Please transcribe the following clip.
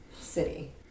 city